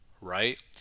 right